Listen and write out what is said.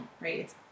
right